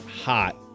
hot